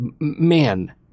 man